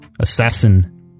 assassin